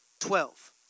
twelve